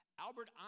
Albert